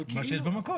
המצב הקיים.